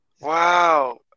Wow